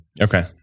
Okay